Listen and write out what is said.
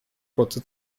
kurze